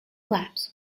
flaps